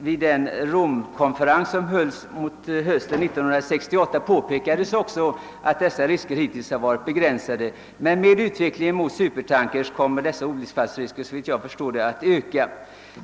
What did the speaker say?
Vid Romkonferensen hösten 1968 påpekades också att riskerna hittills varit begränsade, men med utvecklingen mot supertankers kommer olycksfallsriskerfa såvitt jag förstår att öka.